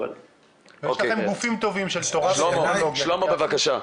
ח"כ קרעי בבקשה.